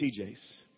TJs